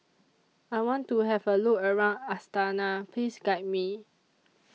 I want to Have A Look around Astana Please Guide Me